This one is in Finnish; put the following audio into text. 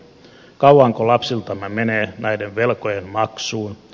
kauanko lapsiltamme menee näiden velkojen maksuun